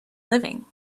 living